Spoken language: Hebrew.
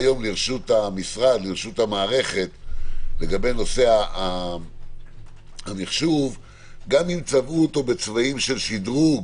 לרשות המערכת לגבי נושא המחשוב גם אם צבעו אותו בצבעים של שדרוג